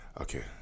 Okay